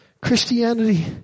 Christianity